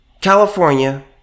California